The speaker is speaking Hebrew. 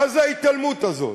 מה זה ההתעלמות הזאת?